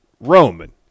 Roman